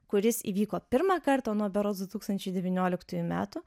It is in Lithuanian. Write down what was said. kuris įvyko pirmą kartą nuo berods du tūkstančiai devynioliktųjų metų